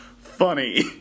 funny